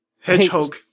Hedgehog